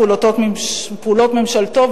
פעולות ממשלתו,